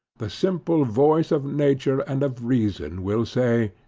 the simple voice of nature and of reason will say,